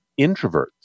introverts